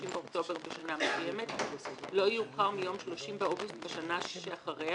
באוקטובר בשנה מסוימת לא יאוחר מיום 30 באוגוסט בשנה שאחריה,